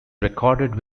recorded